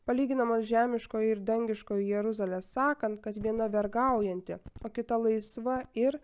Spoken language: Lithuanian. palyginamos žemiškoji ir dangiškoji jeruzalės sakant kad viena vergaujanti o kita laisva ir